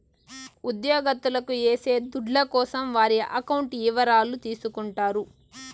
ఉద్యోగత్తులకు ఏసే దుడ్ల కోసం వారి అకౌంట్ ఇవరాలు తీసుకుంటారు